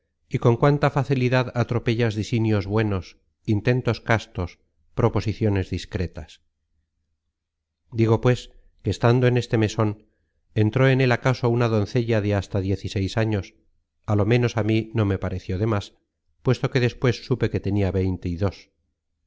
y con cuánta facilidad atropellas disinios buenos intentos castos proposiciones discretas digo pues que estando en este meson entró en él acaso una doncella de hasta diez y seis años á lo ménos á mí no me pareció de más puesto que despues supe que tenia veinte y dos